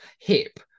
Hip